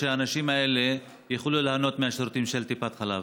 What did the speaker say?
כדי שהאנשים האלה יוכלו ליהנות מהשירותים של טיפת חלב?